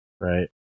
Right